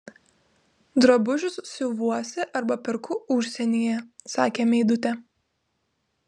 drabužius siuvuosi arba perku užsienyje sakė meidutė